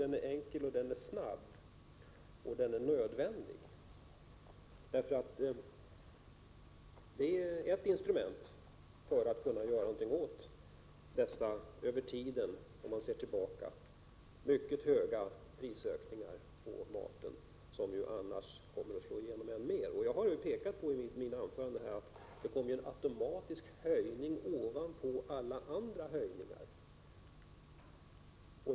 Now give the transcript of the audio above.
Det är ett instrument som är viktigt, som är enkelt, som är snabbt och som är nödvändigt för att kunna göra någonting åt de över tiden — om man ser tillbaka — mycket stora prisökningarna på maten, som annars kommer att slå igenom ännu mer. Jag har i mina anföranden här pekat på att momsen åstadkommer en automatisk höjning ovanpå alla andra höjningar.